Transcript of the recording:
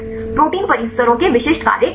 protein परिसरों के विशिष्ट कार्य क्या हैं